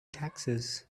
taxes